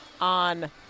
on